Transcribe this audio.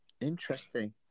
Interesting